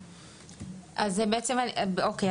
אוקיי.